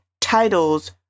titles